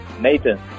Nathan